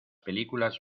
películas